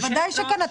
ודאי שכן.